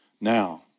now